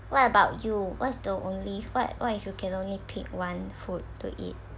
what about you what's the only what what if you can only pick one food to eat